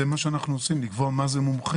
זה מה שאנחנו עושים, לקבוע מה זה מומחה.